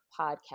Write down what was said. podcast